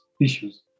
issues